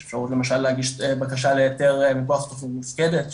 יש אפשרות למשל להגיש בקשה להיתר מכוח תוכנית מופקדת --- כן,